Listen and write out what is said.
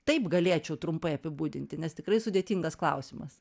taip galėčiau trumpai apibūdinti nes tikrai sudėtingas klausimas